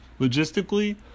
logistically